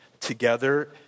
together